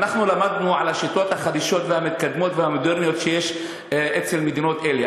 ואנחנו למדנו על השיטות החדישות והמתקדמות והמודרניות שיש במדינות אלה.